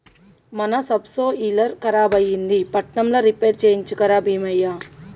మన సబ్సోయిలర్ ఖరాబైంది పట్నంల రిపేర్ చేయించుక రా బీమయ్య